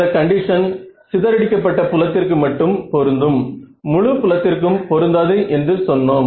இந்த கண்டிஷன் சிதறடிக்கப்பட்ட புலத்திற்கு மட்டும் பொருந்தும் முழு புலத்திற்கும் பொருந்தாது என்று சொன்னோம்